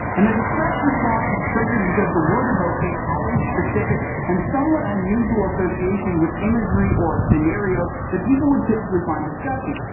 and the disgust response is triggered because the word evokes a highly specific and somewhat unusual association with imagery or a scenario that people would typically find disgusting,